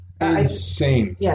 Insane